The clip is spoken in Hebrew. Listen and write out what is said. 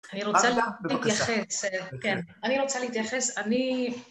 אני רוצה להתייחס, כן, אני רוצה להתייחס אני...